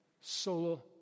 solo